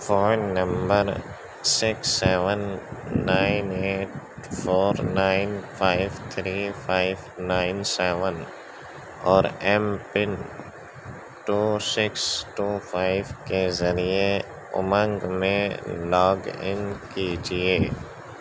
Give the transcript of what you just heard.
phone number six seven nine eight four nine five three five nine seven اور M pin two six two five کے ذریعے امنگ میں log in کیجیے